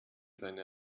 seine